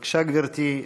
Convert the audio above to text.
בבקשה, גברתי.